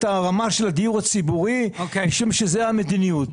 הרמה של הדיור הציבורי משום שזה המדיניות.